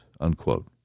unquote